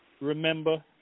remember